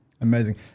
Amazing